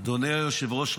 אדוני היושב-ראש,